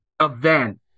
event